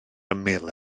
ymyl